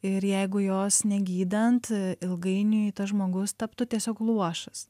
ir jeigu jos negydant ilgainiui tas žmogus taptų tiesiog luošas